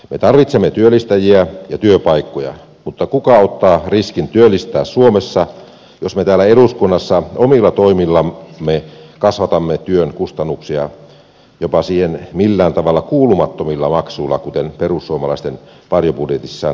me tarvitsemme työllistäjiä ja työpaikkoja mutta kuka ottaa riskin työllistää suomessa jos me täällä eduskunnassa omilla toimillamme kasvatamme työn kustannuksia jopa siihen millään tavalla kuulumattomilla maksuilla kuten perussuomalaisten varjobudjetissaan esittämillä kela maksuilla